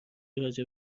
راجع